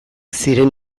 ziren